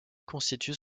constituent